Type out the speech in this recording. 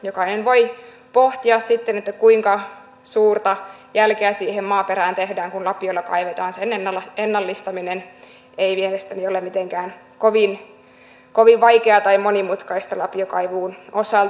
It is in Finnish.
jokainen voi pohtia sitten kuinka suurta jälkeä siihen maaperään tehdään kun lapiolla kaivetaan sen ennallistaminen ei mielestäni ole mitenkään kovin vaikeaa tai monimutkaista lapiokaivuun osalta